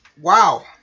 Wow